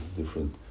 different